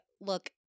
look